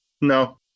No